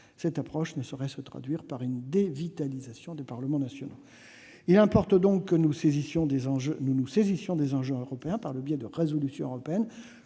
autant, elle ne saurait se traduire par une dévitalisation des parlements nationaux. Monsieur le ministre, il importe donc que nous nous saisissions des enjeux européens par le biais de résolutions européennes,